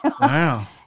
Wow